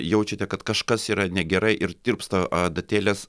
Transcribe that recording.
jaučiate kad kažkas yra negerai ir tirpsta adatėlės